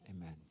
Amen